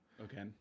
Okay